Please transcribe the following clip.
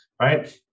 right